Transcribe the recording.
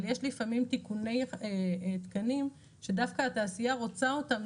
אבל יש לפעמים תיקוני תקנים שדווקא התעשייה רוצה אותם,